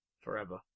Forever